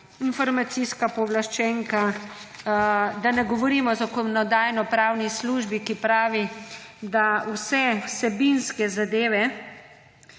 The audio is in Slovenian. informacijska pooblaščenka, da ne govorim o Zakonodajno-pravni službi, ki pravi, da vseh vsebinskih zadev